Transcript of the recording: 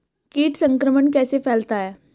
कीट संक्रमण कैसे फैलता है?